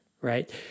right